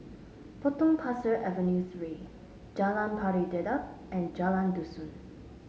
Potong Pasir Avenue Three Jalan Pari Dedap and Jalan Dusun